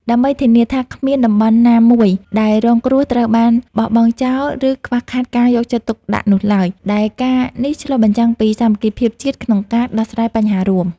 ដើម្បីធានាថាគ្មានតំបន់ណាមួយដែលរងគ្រោះត្រូវបានបោះបង់ចោល ឬខ្វះខាតការយកចិត្តទុកដាក់នោះឡើយ ដែលការណ៍នេះឆ្លុះបញ្ចាំងពីសាមគ្គីភាពជាតិក្នុងការដោះស្រាយបញ្ហារួម។